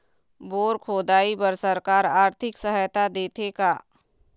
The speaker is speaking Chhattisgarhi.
बोर खोदाई बर सरकार आरथिक सहायता देथे का?